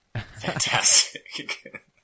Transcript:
fantastic